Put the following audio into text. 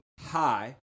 hi